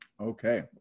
Okay